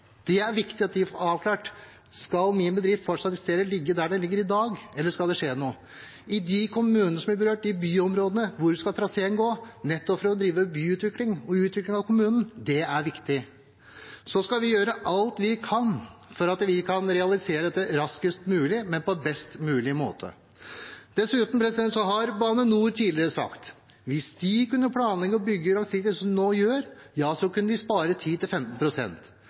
er det viktig å få avklart: Skal min bedrift fortsatt eksistere, ligge der den ligger i dag, eller skal det skje noe med den? I de kommunene som blir berørt, i byområdene, er det viktig for å drive byutvikling og utvikling av kommunen å vite hvor traseen skal gå. Vi skal gjøre alt vi kan for at dette skal realiseres raskest mulig, men på best mulig måte. Bane NOR har tidligere sagt at hvis de kunne planlegge og bygge langsiktig, slik de nå gjør, kunne de spare